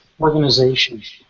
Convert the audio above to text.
organizations